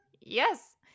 yes